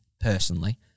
personally